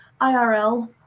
IRL